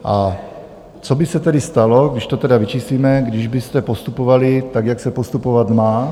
A co by se tedy stalo, když to tedy vyčíslíme, když byste postupovali tak, jak se postupovat má?